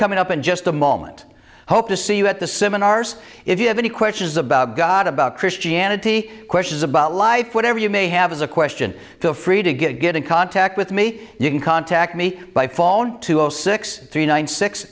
coming up in just a moment hope to see you at the seminars if you have any questions about god about christianity questions about life whatever you may have is a question feel free to get get in contact with me you can contact me by phone to all six